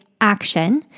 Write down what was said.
action